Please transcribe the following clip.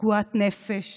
פגועת נפש